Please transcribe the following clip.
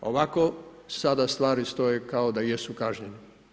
Ovako sada stvari stoje kao da jesu kažnjeni.